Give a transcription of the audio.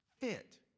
fit